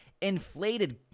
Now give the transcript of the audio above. inflated